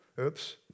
Oops